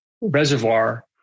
reservoir